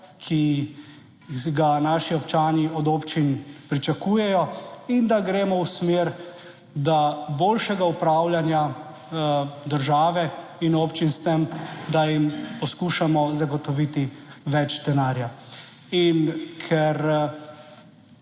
ki ga naši občani od občin pričakujejo in da gremo v smer, da boljšega upravljanja države in občin s tem, da jim poskušamo zagotoviti več denarja.